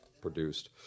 produced